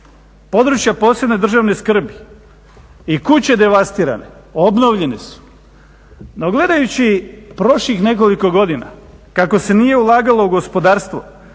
Područja od posebne državne skrbi i kuće devastirane obnovljene su. No gledajući prošlih nekoliko godina kako se nije ulagalo u gospodarstvo,